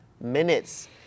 minutes